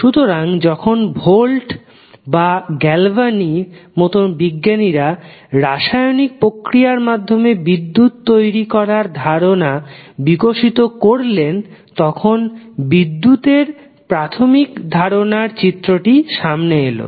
সুতরাং যখন ভোল্টা এবং গাল্ভানি এর মত বিজ্ঞানীরা রাসায়নিক প্রক্রিয়ার মাধ্যমে বিদ্যুৎ তৈরি করার ধারনা বিকশিত করলেন তখন বিদ্যুৎ এর প্রাথমিক ধারনার চিত্রটি সামনে এলো